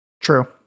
True